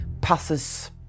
passes